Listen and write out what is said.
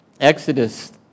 Exodus